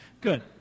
Good